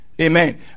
Amen